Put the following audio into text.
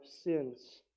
sins